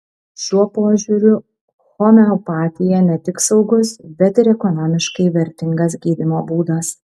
šiuo požiūriu homeopatija ne tik saugus bet ir ekonomiškai vertingas gydymo būdas